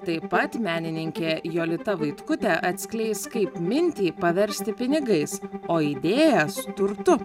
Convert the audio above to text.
taip pat menininkė jolita vaitkutė atskleis kaip mintį paversti pinigais o idėjas turtu